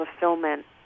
fulfillment